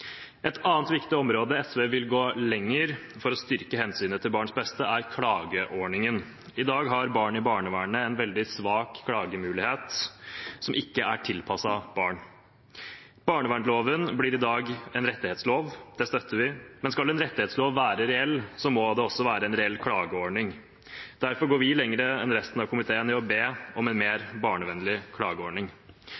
Et annet viktig område der SV vil gå lenger for å styrke hensynet til barns beste, er klageordningen. I dag har barn i barnevernet en veldig svak klagemulighet, som ikke er tilpasset barn. Barnevernsloven blir i dag en rettighetslov – det støtter vi – men skal en rettighetslov være reell, må det også være en reell klageordning. Derfor går vi lenger enn resten av komiteen i å be om en mer